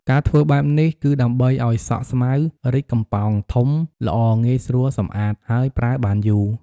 ការធ្វើបែបនេះគឺដើម្បីអោយសក់ស្មៅរីកកំប៉ាងធំល្អងាយស្រួលសំអាត ហើយប្រើបានយូរ។